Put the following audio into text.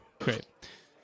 great